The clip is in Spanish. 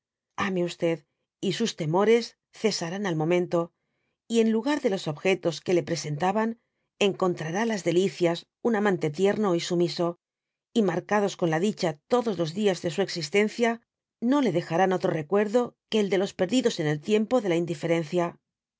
ame y sus temores cesarán al momento y en lugar de los objetos que le presentaban encontrará las delicias un amante tierno y sumiso j y niarcados con la dicha todos los dias de su existencia no le dejarán otro recuerdo que el de los perdidos en el tiempo de la indii